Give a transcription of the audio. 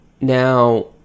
now